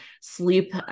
sleep